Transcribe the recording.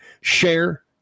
Share